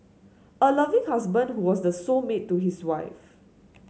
a loving husband who was the soul mate to his wife